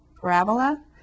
parabola